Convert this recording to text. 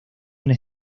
una